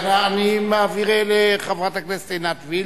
אני מעביר לחברת הכנסת עינת וילף.